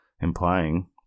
implying